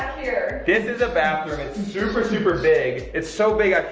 this is a bathroom. it's and super, super big. it's so big i